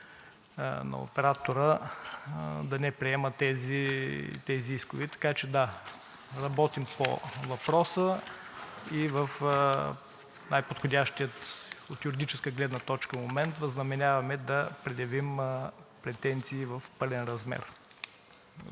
на оператора да не приема тези искове. Така че – да, работим по въпроса и в най-подходящия от юридическа гледна точка момент възнамеряваме да предявим претенции в пълен размер.